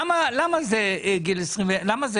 למה זה מ-2024?